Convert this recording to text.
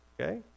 okay